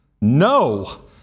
No